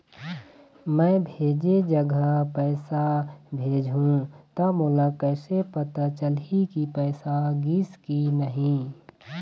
मैं भेजे जगह पैसा भेजहूं त मोला कैसे पता चलही की पैसा गिस कि नहीं?